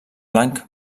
blanc